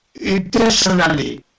intentionally